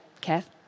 Kath